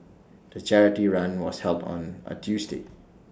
the charity run was held on A Tuesday